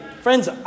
Friends